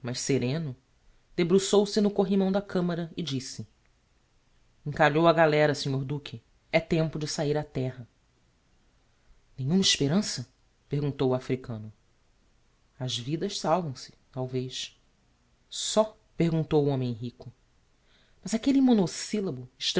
mas sereno debruçou-se no corrimão da camara e disse encalhou a galera snr duque é tempo de sahir a terra nenhuma esperança perguntou o africano as vidas salvam se talvez só perguntou o homem rico mas aquelle monosyllabo